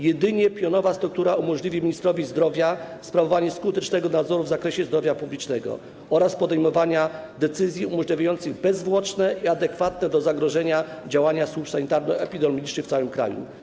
Jedynie pionowa struktura umożliwi ministrowi zdrowia sprawowanie skutecznego nadzoru w zakresie zdrowia publicznego oraz podejmowanie decyzji umożliwiających bezzwłoczne i adekwatne do zagrożenia działania służb sanitarno-epidemiologicznych w całym kraju.